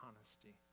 honesty